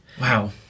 Wow